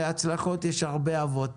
להצלחות יש הרבה אבות